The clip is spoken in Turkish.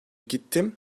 gittim